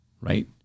right